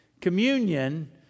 Communion